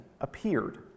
appeared